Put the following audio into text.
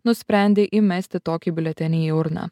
nusprendė įmesti tokį biuletenį į urną